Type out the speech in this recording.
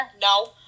No